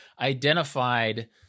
identified